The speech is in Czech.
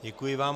Děkuji vám.